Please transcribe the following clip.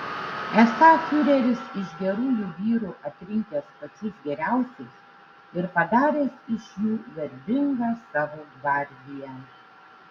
esą fiureris iš gerųjų vyrų atrinkęs pačius geriausius ir padaręs iš jų garbingą savo gvardiją